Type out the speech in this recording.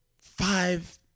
five